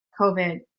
COVID